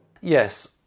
Yes